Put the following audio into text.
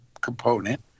component